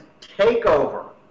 takeover